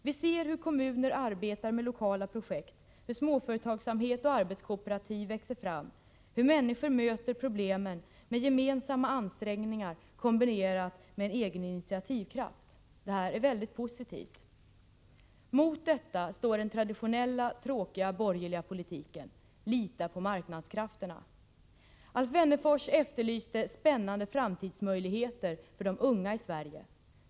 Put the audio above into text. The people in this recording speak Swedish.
Vi ser hur kommuner arbetar med lokala projekt, hur småföretagsamhet och arbetskooperativ växer fram, hur människor möter problemen med gemensamma ansträngningar i kombination med egen initiativkraft. Detta är väldigt positivt. Mot detta står den traditionella, tråkiga borgerliga politiken — att lita på marknadskrafterna. Alf Wennerfors efterlyste spännande framtidsmöjligheter för de unga i Sverige.